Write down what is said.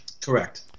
Correct